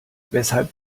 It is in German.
weshalb